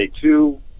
two